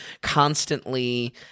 constantly